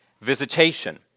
visitation